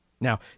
Now